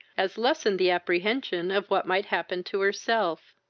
as lessened the apprehension of what might happen to herself.